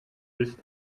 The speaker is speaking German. ist